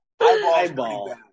Eyeball